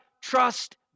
trust